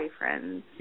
boyfriends